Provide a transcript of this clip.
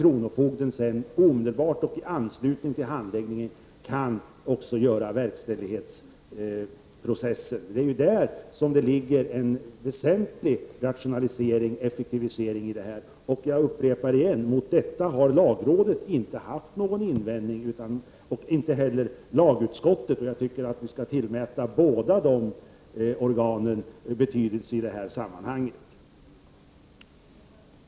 Kronofogden kan sedan omedelbart och i anslutning till handläggningen också ta ställning till verkställigheten av besluten. Detta innebär en väsentlig rationalisering och effektivisering. Detta har alltså varken lagrådet eller lagutskottet haft någon invändning emot. Jag tycker att vi skall tillmäta båda dessa organ betydelse i detta sammanhang.